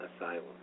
asylum